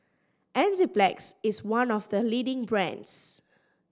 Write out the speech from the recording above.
Enzyplex is one of the leading brands